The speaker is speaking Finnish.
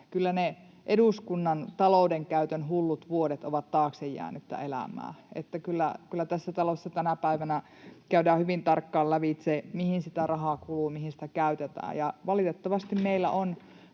kyllä ne eduskunnan taloudenkäytön hullut vuodet ovat taakse jäänyttä elämää. Kyllä tässä talossa tänä päivänä käydään hyvin tarkkaan lävitse, mihin sitä rahaa kuluu, mihin sitä käytetään. Valitettavasti meillä on